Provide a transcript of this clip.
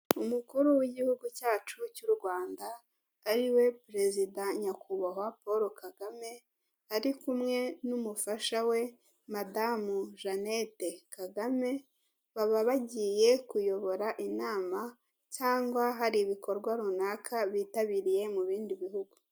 Umukuru w'igihugu cyacu cy'u Rwanda ariwe perezida nyakubawa Paul Kagame ari kumwe n'umufasha we Madam Jannet Kagame baba bagiye kuyobora inama cyangwa hari bikorwa runaka bitabiriye mu bindi bihugu.